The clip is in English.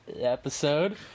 episode